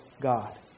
God